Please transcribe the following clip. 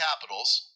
Capitals